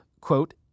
quote